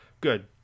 Good